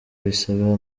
bisaba